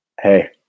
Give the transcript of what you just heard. Hey